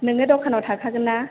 नोङो दखानाव थाखागोन ना